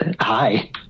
Hi